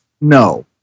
No